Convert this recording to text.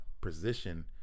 position